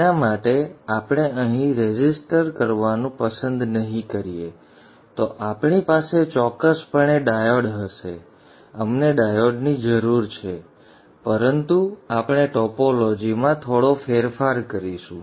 તેના માટે આપણે અહીં રેસિસ્ટોર કરવાનું પસંદ નહીં કરીએ તો આપણી પાસે ચોક્કસપણે ડાયોડ હશે અમને ડાયોડની જરૂર છે પરંતુ આપણે ટોપોલોજીમાં થોડો ફેરફાર કરીશું